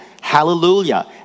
hallelujah